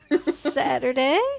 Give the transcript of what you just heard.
Saturday